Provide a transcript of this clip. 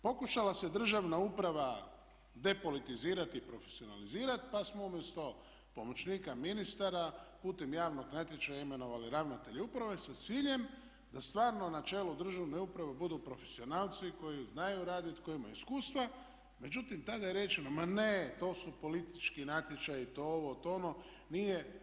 Pokušala se državna uprava depolitizirati i profesionalizirati pa smo umjesto pomoćnika ministara putem javnog natječaja imenovali ravnatelje uprave sa ciljem da stvarno na čelu državne uprave budu profesionalci koji znaju raditi, koji imaju iskustva međutim tada je rečeno ma ne to su politički natječaji, to ovo, to ono, nije.